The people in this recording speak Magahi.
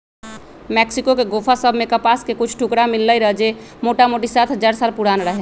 मेक्सिको के गोफा सभ में कपास के कुछ टुकरा मिललइ र जे मोटामोटी सात हजार साल पुरान रहै